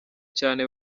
cyane